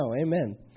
Amen